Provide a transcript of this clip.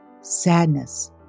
sadness